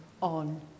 on